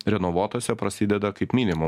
renovuotuose prasideda kaip minimum